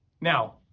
Now